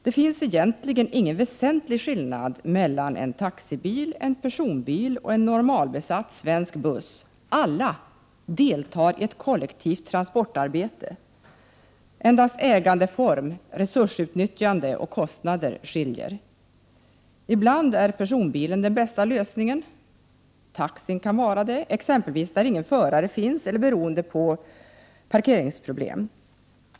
Det finns ingen väsentlig skillnad mellan en taxibil, en personbil och en normalbesatt svensk buss. De deltar alla i ett kollektivt transportarbete. Det är endast ägandeform, resursutnyttjande och kostnader som skiljer. Ibland är personbilen den bästa lösningen, i de fall ingen förare finns eller när det finns parkeringsproblem kan exempelvis taxi vara den bästa lösningen.